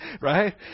Right